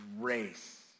grace